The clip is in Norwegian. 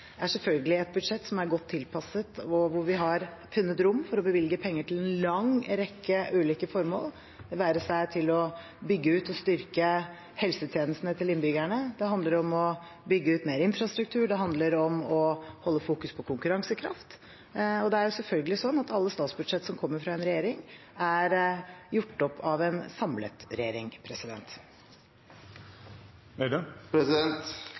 er selvfølgelig et budsjett som er godt tilpasset, og hvor vi har funnet rom for å bevilge penger til en lang rekke ulike formål, det være seg å bygge ut og styrke helsetjenestene til innbyggerne eller å bygge ut mer infrastruktur og holde fokus på konkurransekraft. Det er selvfølgelig sånn at alle statsbudsjett som kommer fra en regjering, er gjort opp av en samlet regjering.